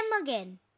again